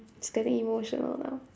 it's getting emotional now